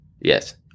Yes